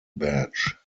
badge